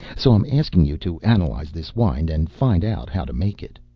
so i'm asking you to analyze this wine and find out how to make it.